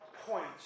points